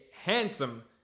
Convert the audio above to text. handsome